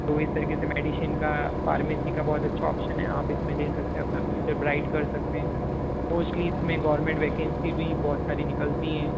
तो इस तरीके से मेडिसिन का फार्मेसी का बहुत अच्छा ऑप्शन है आप इसमें दे सकते हैं अपना फ्यूचर ब्राइट कर सकते हैं मोस्टली इसमें गोवर्मेंट वैकेंसी भी बहुत सारी निकलती हैं